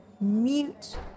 mute